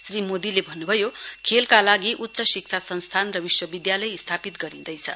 श्री मोदीले भन्नुभयो खेलका लागि उच्च शिक्षा संस्थान र विश्वविद्यालय स्थापित गरिँदैछ